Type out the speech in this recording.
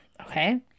Okay